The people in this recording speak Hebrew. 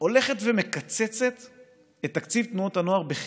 הולכת ומקצצת את תקציב תנועות הנוער בחצי.